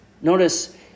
Notice